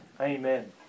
Amen